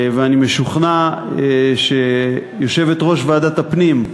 אני משוכנע שיושבת-ראש ועדת הפנים,